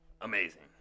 Amazing